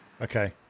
Okay